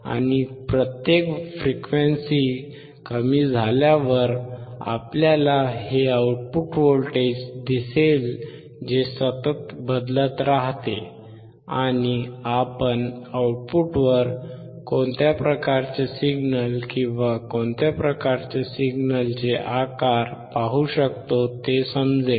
आणि प्रत्येक फ्रिक्वेन्सी कमी झाल्यावर आपल्याला हे आउटपुट व्होल्टेज दिसेल जे सतत बदलत राहते आणि आपण आउटपुटवर कोणत्या प्रकारचे सिग्नल किंवा कोणत्या प्रकारचे सिग्नलचे आकार पाहू शकतो ते समजेल